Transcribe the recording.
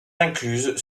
incluse